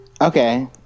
okay